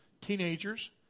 teenagers